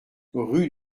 rue